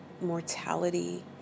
mortality